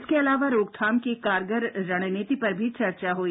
इसके अलावा रोकथाम की कारगर रणनीति पर भी चर्चा हुई